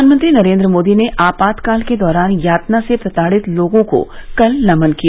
प्रधानमंत्री नरेन्द्र मोदी ने आपातकाल के दौरान यातना से प्रताड़ित लोगों को कल नमन किया